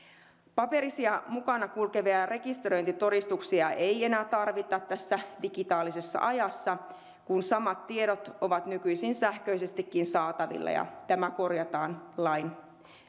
paperisia mukana kulkevia rekisteröintitodistuksia ei enää tarvita tässä digitaalisessa ajassa kun samat tiedot ovat nykyisin sähköisestikin saatavilla tämä korjataan